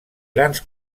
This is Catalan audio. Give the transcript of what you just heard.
grans